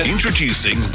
Introducing